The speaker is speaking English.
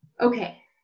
Okay